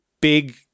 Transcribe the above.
big